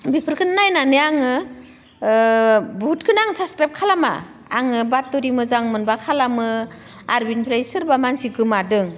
बिफोरखोनो नायनानै आङो बहुदखोनो आं साबसक्राइब खालामा आङो बात'रि मोजां मोनब्ला खालामो आरो बिनिफ्राय सोरबा मानसि गोमादों